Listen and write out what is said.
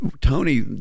Tony